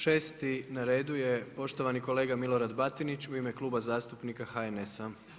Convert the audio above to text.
Šesti na redu je poštovani kolega Milorad Batinić u ime Kluba zastupnika HNS-a.